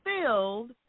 filled